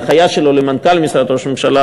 ההנחיה שלו למנכ"ל משרד ראש הממשלה,